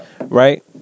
Right